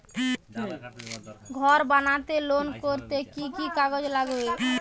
ঘর বানাতে লোন করতে কি কি কাগজ লাগবে?